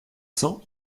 cents